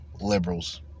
Liberals